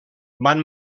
van